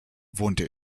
wohnte